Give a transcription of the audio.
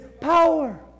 power